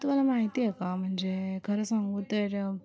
तुम्हाला माहिती आहे का म्हणजे खरं सांगू तर